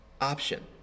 option